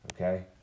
okay